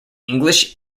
english